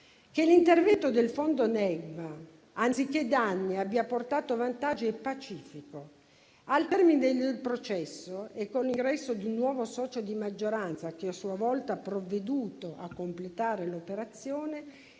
Che l'intervento del fondo Negma anziché danni abbia portato vantaggi è pacifico. Al termine del processo e con l'ingresso di un nuovo socio di maggioranza, che a sua volta ha provveduto a completare l'operazione,